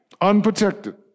Unprotected